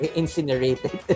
incinerated